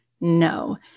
no